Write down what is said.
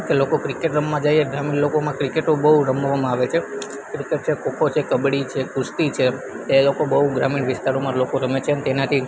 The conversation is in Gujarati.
એ લોકો ક્રિકેટ રમવા જાઈએ ગ્રામીણ લોકોમાં ક્રિકેટો બહુ રમવામાં આવે છે ક્રિકેટ છે ખો ખો છે કબડ્ડી છે કુસ્તી છે એ લોકો બહુ ગ્રામીણ વિસ્તારોમાં લોકો રમે છે તેનાથી